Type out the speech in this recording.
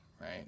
right